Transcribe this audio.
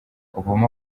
obama